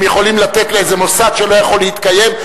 יכולים לתת לאיזה מוסד שלא יכול להתקיים,